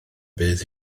bydd